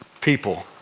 people